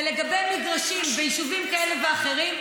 ולגבי מגרשים ביישובים כאלה ואחרים,